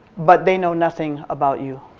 but they know nothing about you,